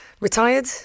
retired